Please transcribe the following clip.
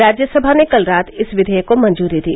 राज्य सभा ने कल रात इस विधेयक को मंजूरी दी